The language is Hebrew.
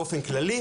באופן כללי,